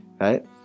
right